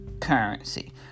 currency